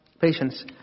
Patience